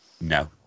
No